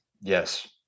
yes